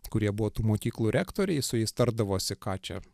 kurie buvo tų mokyklų rektoriai su jais tardavosi ką čia